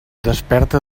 desperta